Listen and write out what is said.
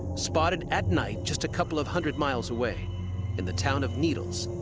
spotted at night just a couple of hundred miles away in the town of needles.